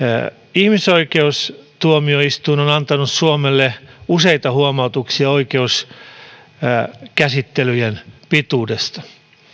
ihmisoikeustuomioistuin on antanut suomelle useita huomautuksia oikeuskäsittelyjen pituudesta